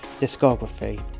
discography